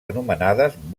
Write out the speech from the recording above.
anomenades